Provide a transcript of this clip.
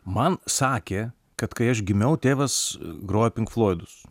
man sakė kad kai aš gimiau tėvas grojo pink floidus